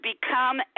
become